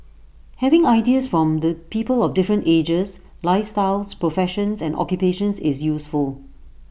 having ideas from the people of different ages lifestyles professions and occupations is useful